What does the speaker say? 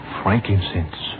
frankincense